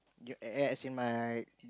you a~ as in my